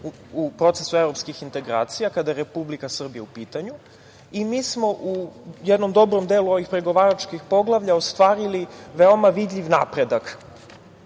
u procesu evropskih integracija kada je Republike Srbija u pitanju i mi smo jednom u dobrom delu ovih pregovaračkih poglavlja ostvarili veoma vidljiv napredak,